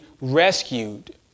rescued